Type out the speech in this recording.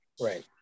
Right